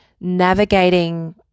navigating